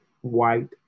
white